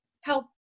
Help